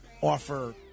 offer